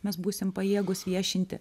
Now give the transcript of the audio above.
mes būsim pajėgūs viešinti